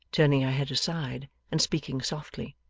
turning her head aside, and speaking softly.